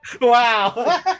Wow